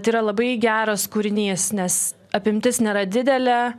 tai yra labai geras kūrinys nes apimtis nėra didelė